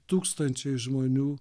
tūkstančiai žmonių